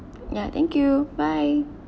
yeah thank you bye